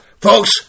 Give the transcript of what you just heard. folks